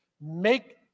make